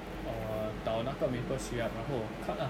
err 倒那个 maple syrup 然后 cut lah